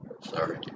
Sorry